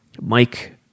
Mike